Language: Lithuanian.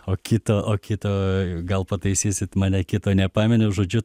o kito o kito gal pataisysit mane kito nepamenu žodžiu